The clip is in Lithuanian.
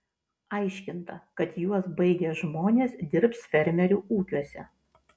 aiškinta kad juos baigę žmonės dirbs fermerių ūkiuose